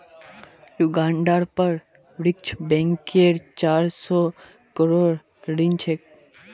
युगांडार पर विश्व बैंकेर चार सौ करोड़ ऋण छेक